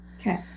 Okay